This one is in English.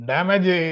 Damage